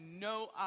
no